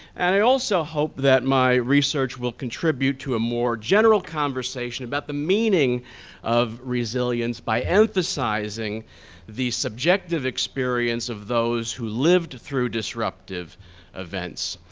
and i also hope that my research will contribute to a more general conversation about the meaning of resilience by emphasizing the subjective experience of those who lived through disruptive events.